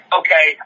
okay